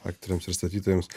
aktoriams ir statytojams